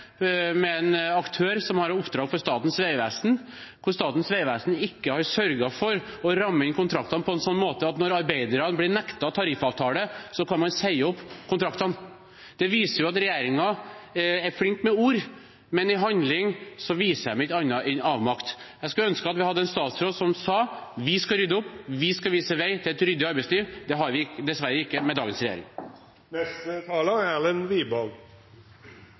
med en aktør som har oppdrag for Statens vegvesen, der Statens vegvesen ikke har sørget for å ramme inn kontraktene på en slik måte at når arbeiderne blir nektet tariffavtale, kan man si opp kontraktene. Dette viser at regjeringen er flink med ord, men i handling viser de ikke annet enn avmakt. Jeg skulle ønske at vi hadde en statsråd som sa: «Vi skal rydde opp, vi skal vise vei til et ryddig arbeidsliv.» Det har vi dessverre ikke med dagens regjering.